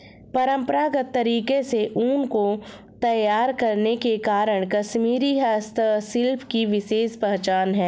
परम्परागत तरीके से ऊन को तैयार करने के कारण कश्मीरी हस्तशिल्प की विशेष पहचान है